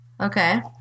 Okay